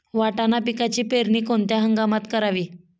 वाटाणा पिकाची पेरणी कोणत्या हंगामात करावी?